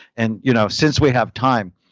and you know since we have time,